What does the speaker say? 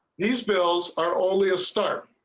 these bills are only a start.